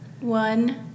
One